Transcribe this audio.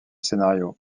scénario